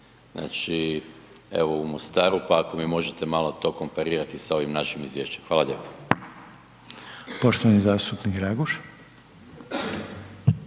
u BiH, evo u Mostaru pa ako mi možete malo to komparirati s ovim našim izvješćem? Hvala lijepa. **Reiner,